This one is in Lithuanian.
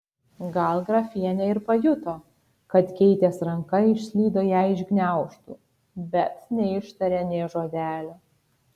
gal grafienė ir pajuto kad keitės ranka išslydo jai iš gniaužtų bet neištarė nė žodelio